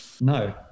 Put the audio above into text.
No